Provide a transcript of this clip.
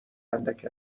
اندک